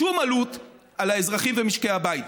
שום עלות על האזרחים ומשקי הבית.